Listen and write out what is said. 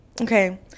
Okay